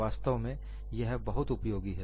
वास्तव में यह बहुत उपयोगी है